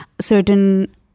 certain